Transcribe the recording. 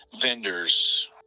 vendors